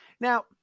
Now